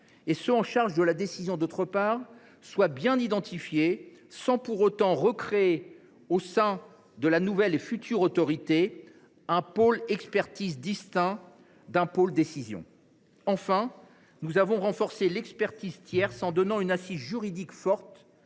et ceux qui seront chargés de la décision, d’autre part, soient bien identifiés, sans pour autant recréer au sein de la nouvelle autorité un pôle « expertise » distinct d’un pôle « décision ». Enfin, nous avons renforcé l’expertise tierce, en donnant une assise juridique forte